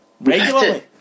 regularly